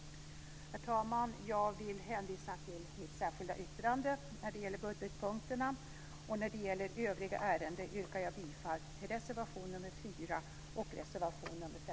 Herr talman! Jag vill hänvisa till mitt särskilda yttrande när det gäller budgetpunkterna. När det gäller övriga ärenden yrkar jag bifall till reservationerna